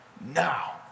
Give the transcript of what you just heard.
now